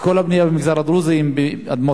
כי כל הבנייה במגזר הדרוזי היא באדמות,